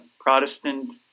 Protestant